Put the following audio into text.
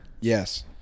Yes